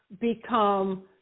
become